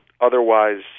otherwise